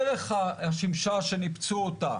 דרך השמשה שניפצו אותה